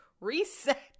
reset